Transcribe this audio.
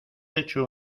hecho